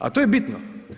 A to je bitno.